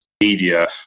media